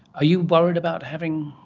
are you worried about having,